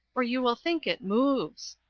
or you will think it moves.